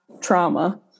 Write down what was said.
trauma